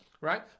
Right